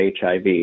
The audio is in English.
HIV